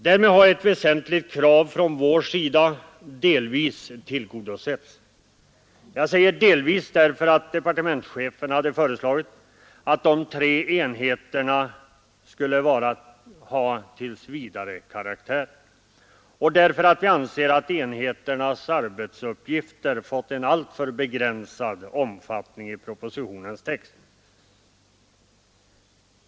Därmed har ett väsentligt krav från vår sida delvis tillgodosetts. Jag säger delvis därför att departementschefen hade föreslagit att de tre enheterna skulle få tillsvidarekaraktär och därför att vi anser att enheternas arbetsuppgifter fått en alltför begränsad omfattning i propositionens text.